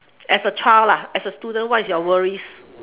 as a child as a student what's your worries